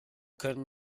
können